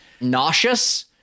nauseous